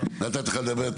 נתתי לך לדבר,